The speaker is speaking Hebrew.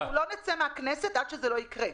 אנחנו לא נצא מהכנסת עד שזה לא יקרה.